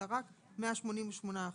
אלא רק 188 אחוזים,